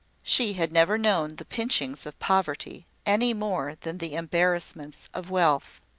she had never known the pinchings of poverty, any more than the embarrassments of wealth.